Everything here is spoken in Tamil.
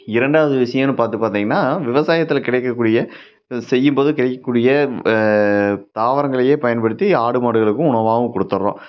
இரண்டாவது விஷயன்னு பார்த்து பார்த்தீங்கனா விவசாயத்தில் கிடைக்கக்கூடிய செய்யும்போதும் கிடைக்கக்கூடிய தாவரங்களையே பயன்படுத்தி ஆடு மாடுகளுக்கும் உணவாகவும் கொடுத்துட்றோம்